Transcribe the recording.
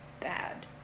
Bad